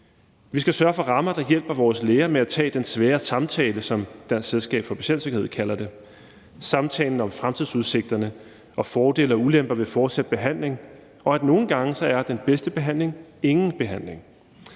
Vi skal sørge for rammer, der hjælper vores læger med at tage den svære samtale, som Dansk Selskab for Patientsikkerhed kalder det. Det er samtalen om fremtidsudsigterne og om fordele og ulemper ved fortsat behandling, og at nogle gange er den bedste behandling ingen behandling.